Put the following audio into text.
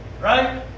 Right